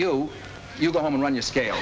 you go home and run your scale